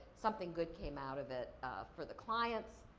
something good came out of it for the clients,